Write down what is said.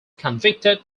convicted